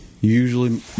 Usually